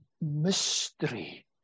mystery